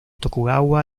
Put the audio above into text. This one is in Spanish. tokugawa